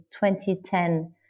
2010